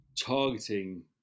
targeting